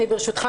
ברשותך,